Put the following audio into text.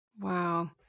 Wow